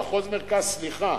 סליחה: